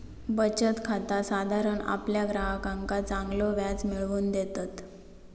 बचत खाता साधारण आपल्या ग्राहकांका चांगलो व्याज मिळवून देतत